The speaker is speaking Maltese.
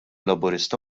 laburista